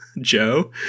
Joe